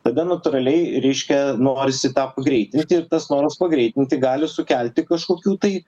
tada natūraliai reiškia norisi tą pagreitinti ir tas noras pagreitinti gali sukelti kažkokių tai